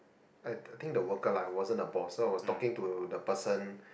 I I think the worker lah it wasn't the boss so I was talking to the person